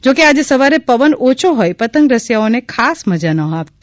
જો કે આજે સવારે પવન ઓછો હોય પતંગ રસિયાઓને ખાસ મઝા આવી ન હતી